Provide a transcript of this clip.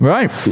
Right